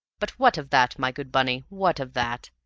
but what of that, my good bunny what of that?